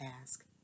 ask